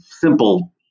simple